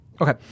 Okay